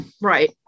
Right